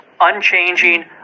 unchanging